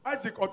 Isaac